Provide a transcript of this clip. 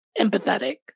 empathetic